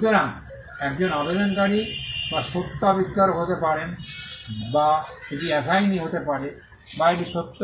সুতরাং একজন আবেদনকারী সত্য বা প্রথম আবিষ্কারক হতে পারেন বা এটি অ্যাসিনি হতে পারে বা এটি সত্য